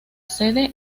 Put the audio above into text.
sede